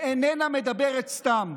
שאיננה מדברת סתם.